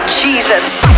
Jesus